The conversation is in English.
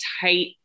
tight